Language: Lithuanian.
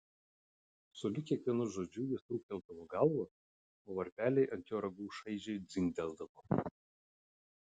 sulig kiekvienu žodžiu jis trūkteldavo galvą o varpeliai ant jo ragų šaižiai dzingteldavo